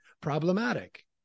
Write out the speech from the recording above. problematic